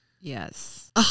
Yes